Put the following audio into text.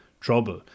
trouble